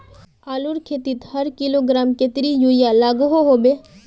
आलूर खेतीत हर किलोग्राम कतेरी यूरिया लागोहो होबे?